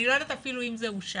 אני לא יודעת אפילו אם זה אושר.